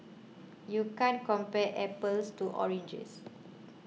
you can't compare apples to oranges